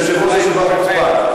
שאתה קורא ליושב-ראש ישיבה חוצפן.